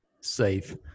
safe